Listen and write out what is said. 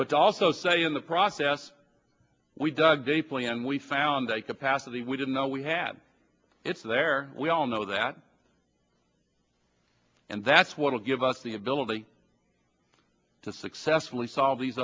but also say in the process we dug deeply and we found a capacity we didn't know we had it's there we all know that and that's what will give us the ability to successfully solve these